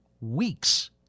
weeks